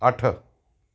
ਅੱਠ